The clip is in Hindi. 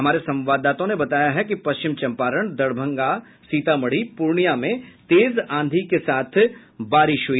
हमारे संवाददाताओं ने बताया कि पश्चिम चंपारण दरभंगा सीतामढ़ी पूर्णिया मे तेज आंधी के साथ वर्षा हुई